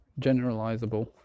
generalizable